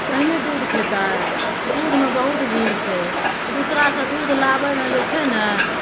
ओहने दूध खैतै दूधमे बहुत भीड़ छै दोसर सऽ दूध लाबैमे जे छै ने